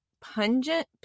pungent